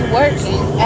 working